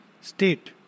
state